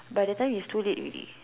by the time it's too late already